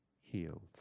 healed